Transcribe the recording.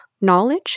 knowledge